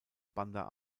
bandar